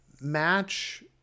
match